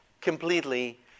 completely